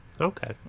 Okay